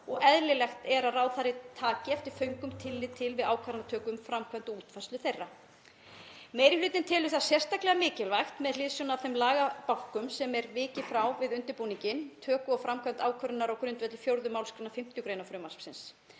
og eðlilegt er að ráðherra taki eftir föngum tillit til við ákvarðanatöku um framkvæmdir og útfærslu þeirra“. Meiri hlutinn telur það sérstaklega mikilvægt með hliðsjón af þeim lagabálkum sem er vikið frá við undirbúning, töku og framkvæmd ákvörðunar á grundvelli 4. mgr. 5. gr. frumvarpsins.